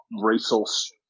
resource